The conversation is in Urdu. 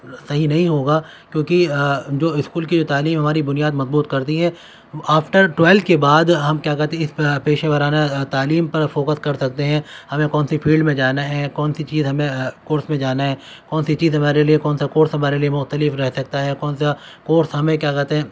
صحیح نہیں ہوگا کیونکہ جو اسکول کی جو تعلیم ہماری بنیاد مضبوط کرتی ہے آفٹر ٹویل کے بعد ہم کیا کہتے ہیں اس پیشے وارانہ تعلیم پر فوکس کر سکتے ہیں ہمیں کون سی پھیلڈ میں جانا ہے کون سی چیز ہمیں کورس میں جانا ہے کون سی چیز ہمارے لیے کون سا کورس ہمارے لیے مختلف رہ سکتا ہے کون سا کورس ہمیں کیا کہتے ہیں